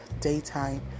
Daytime